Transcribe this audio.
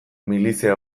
milizia